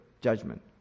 judgment